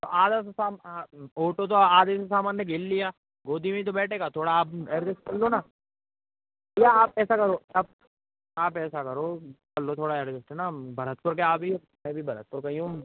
तो आधा तो शाम ओटो तो आधे से सामान ने घेर लिया गोदी में ही तो बैठेगा थोड़ा आप एडजेस्ट कर लो ना भईया आप ऐसा करो अप आप ऐसा करो कर लो थोड़ा अडजेस्ट है ना भरतपुर के आप भी हो मैं भी भरतपुर का ही हूँ